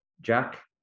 Jack